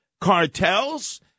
cartels